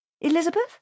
Elizabeth